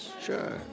Sure